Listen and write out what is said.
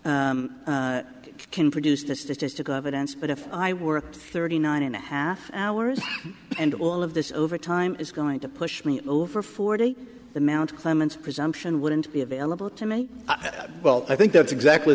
can produce the statistical evidence but if i were thirty nine and a half hours and all of this overtime is going to push me over forty the mount clemens presumption wouldn't be available to me well i think that's exactly